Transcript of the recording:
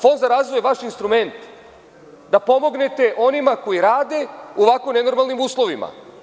Fond za razvoj je vaš instrument da pomognete onima koji rade u ovako nenormalnim uslovima.